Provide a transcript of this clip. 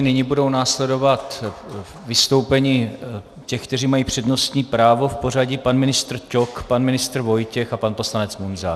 Nyní budou následovat vystoupení těch, kteří mají přednostní právo, v pořadí pan ministr Ťok, pan ministr Vojtěch a pan poslanec Munzar.